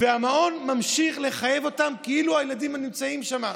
המעון ממשיך לחייב אותם כאילו הילדים נמצאים שם?